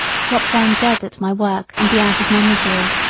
drop down dead at my work and be out of my misery,